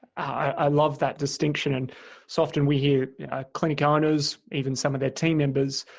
i love that distinction. and so often we here clinic owners, even some of their team members,